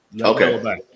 Okay